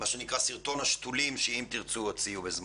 סרטון השתולים ש"אם תרצו" הוציאו בזמנו.